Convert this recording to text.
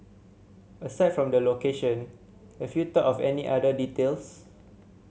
aside from the location have you thought of any other details